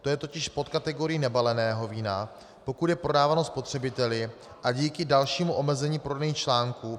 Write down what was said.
To je totiž pod kategorií nebaleného vína, pokud je prodáváno spotřebiteli, a díky dalšímu omezení prodejních článků.